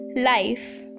Life